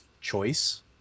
choice